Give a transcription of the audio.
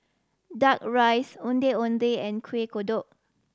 Duck Rice Ondeh Ondeh and Kuih Kodok